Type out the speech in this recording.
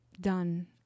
done